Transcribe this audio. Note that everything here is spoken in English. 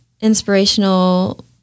inspirational